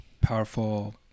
powerful